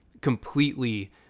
completely